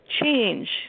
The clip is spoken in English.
Change